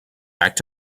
back